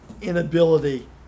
inability